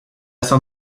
sans